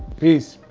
peace.